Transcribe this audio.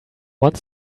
want